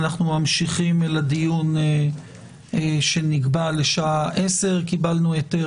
אנחנו ממשיכים לדיון שנקבע לשעה 10:00. קיבלנו היתר